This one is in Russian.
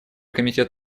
комитет